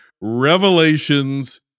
Revelations